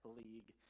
league